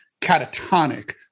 catatonic